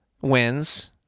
wins